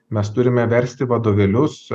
mes turime versti vadovėlius